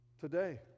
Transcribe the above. Today